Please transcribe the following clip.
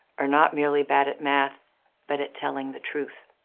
are not merely bad at math but at telling the truth.